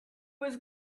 was